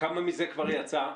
כמה מזה כבר יצא?